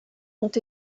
ont